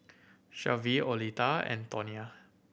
Shelvie Oleta and Tonia